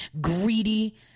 greedy